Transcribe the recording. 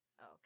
Okay